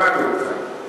שמעתי אותך.